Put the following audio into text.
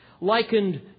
likened